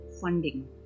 funding